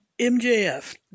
MJF